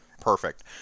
Perfect